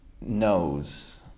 knows